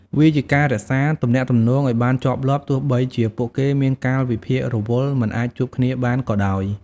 វាជាការរក្សាទំនាក់ទំនងឱ្យបានជាប់លាប់ ទោះបីជាពួកគេមានកាលវិភាគរវល់មិនអាចជួបគ្នាបានក៏ដោយ។